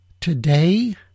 today